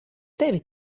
tevi